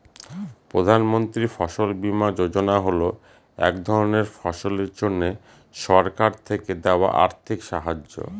প্রধান মন্ত্রী ফসল বীমা যোজনা হল এক ধরনের ফসলের জন্যে সরকার থেকে দেওয়া আর্থিক সাহায্য